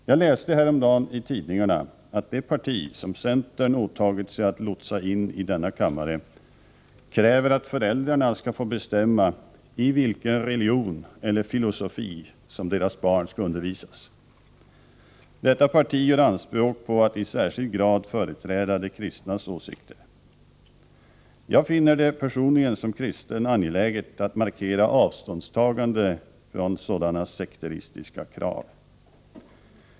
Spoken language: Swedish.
Jag läste häromdagen i tidningarna att det parti som centern åtagit sig att lotsa in i denna kammare kräver att föräldrarna skall få bestämma i vilken religion eller filosofi som deras barn skall undervisas. Detta parti gör anspråk på att i särskild grad företräda de kristnas åsikter. Jag finner det personligen som kristen angeläget att markera avståndstagande från sådana sekteristiska krav.